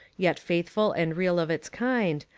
yet faithful and real of its kind,